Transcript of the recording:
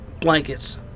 blankets